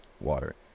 water